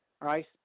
right